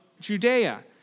Judea